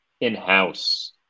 in-house